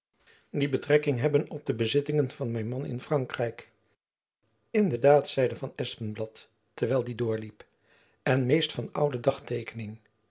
die betrekking hebben op de bezittingen van mijn man in frankrijk in de daad zeide van espenblad terwijl hy die doorliep en meest van oude